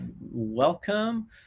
welcome